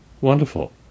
wonderful